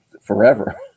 forever